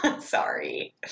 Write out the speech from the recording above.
Sorry